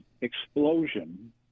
explosion